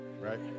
right